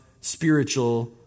spiritual